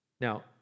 Now